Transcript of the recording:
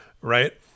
right